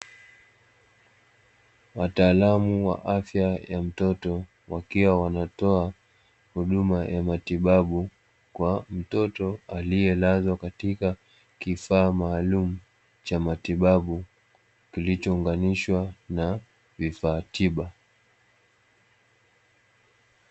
Wataalamu wa afya ya mtoto wakiwa wanatoa huduma ya matibabu kwa mtoto aliyelazwa katika kifaa maalumu cha matibabu kilichoongamishwa na kifaa tiba.